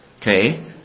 Okay